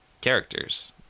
characters